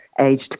aged